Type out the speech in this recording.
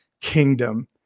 kingdom